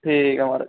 ठीक ऐ म्हाराज